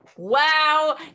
wow